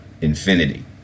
infinity